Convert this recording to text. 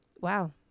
Wow